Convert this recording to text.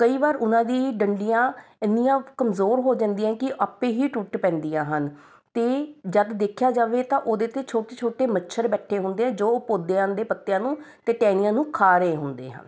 ਕਈ ਵਾਰ ਉਨ੍ਹਾਂ ਦੀ ਹੀ ਡੰਡੀਆਂ ਇੰਨੀਆਂ ਕਮਜ਼ੋਰ ਹੋ ਜਾਂਦੀਆਂ ਕਿ ਆਪੇ ਹੀ ਟੁੱਟ ਪੈਂਦੀਆਂ ਹਨ ਅਤੇ ਜਦ ਦੇਖਿਆ ਜਾਵੇ ਤਾਂ ਉਹਦੇ 'ਤੇ ਛੋਟੇ ਛੋਟੇ ਮੱਛਰ ਬੈਠੇ ਹੁੰਦੇ ਆ ਜੋ ਪੌਦਿਆਂ ਦੇ ਪੱਤਿਆਂ ਨੂੰ ਅਤੇ ਟਾਹਣੀਆਂ ਨੂੰ ਖਾ ਰਹੇ ਹੁੰਦੇ ਹਨ